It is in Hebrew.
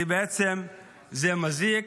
כי בעצם זה מזיק,